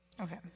Okay